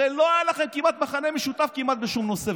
הרי לא היה לכם מכנה משותף כמעט בשום נושא,